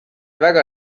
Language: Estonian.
väga